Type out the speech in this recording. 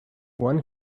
one